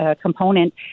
component